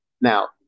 Now